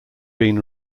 been